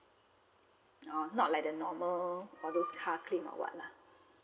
oh not like the normal all those car claim one lah